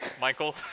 michael